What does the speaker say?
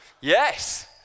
Yes